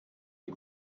die